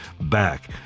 back